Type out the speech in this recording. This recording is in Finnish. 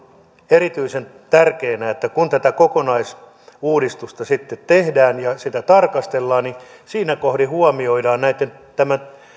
erityisen tärkeänä että kun tätä kokonaisuudistusta sitten tehdään ja sitä tarkastellaan niin siinä kohdin huomioidaan tämän